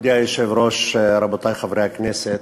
מכובדי היושב-ראש, רבותי חברי הכנסת,